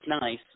nice